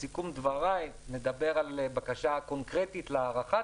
שבסיכום דבריי נדבר על בקשה קונקרטית להארכת